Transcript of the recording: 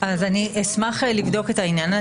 אני אשמח לבדוק את העניין.